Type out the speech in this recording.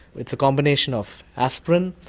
it's a combination of aspirin,